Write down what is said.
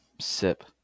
sip